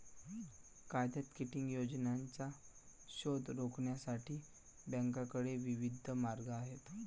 कायद्यात किटिंग योजनांचा शोध रोखण्यासाठी बँकांकडे विविध मार्ग आहेत